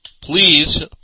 please